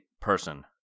person